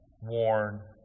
worn